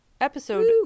episode